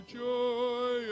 joy